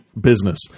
business